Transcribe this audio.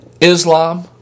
Islam